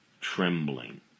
trembling